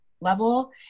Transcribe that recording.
level